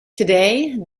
today